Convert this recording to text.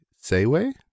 Say-way